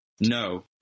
No